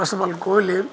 first of all Kohli